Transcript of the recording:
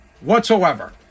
Whatsoever